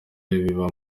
biba